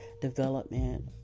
development